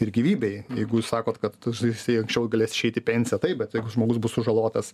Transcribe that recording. ir gyvybei jeigu jūs sakot kad jisai anksčiau galės išeiti į pensiją taip bet jeigu žmogus bus sužalotas